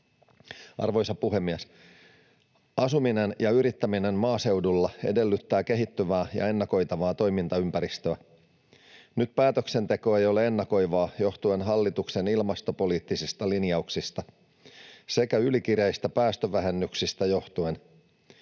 Arvoisa puhemies! Asuminen ja yrittäminen maaseudulla edellyttää kehittyvää ja ennakoitavaa toimintaympäristöä. Nyt päätöksenteko ei ole ennakoivaa johtuen hallituksen ilmastopoliittisista linjauksista sekä ylikireistä päästövähennyksistä.